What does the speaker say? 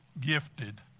gifted